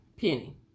Penny